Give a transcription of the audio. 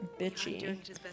bitchy